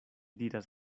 diras